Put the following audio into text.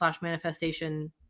manifestation